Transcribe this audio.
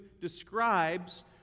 describes